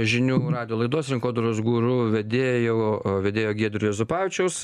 žinių radijo laidos rinkodaros guru vedėjų vedėjo giedrio juozapavičiaus